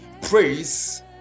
praise